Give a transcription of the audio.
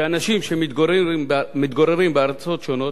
שאנשים שמתגוררים בארצות שונות,